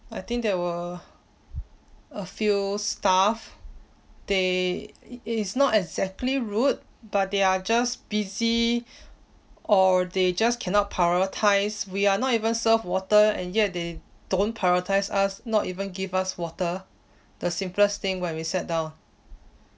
I think there were a few staff they it it is not exactly rude but they are just busy or they just cannot prioritise we are not even served water and yet they don't prioritise us not even give us water the simplest thing when we sat down